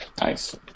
Nice